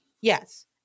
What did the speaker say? Yes